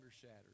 shattered